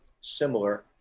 similar